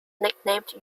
nicknamed